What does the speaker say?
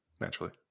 naturally